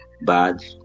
bad